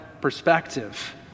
perspective